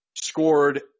Scored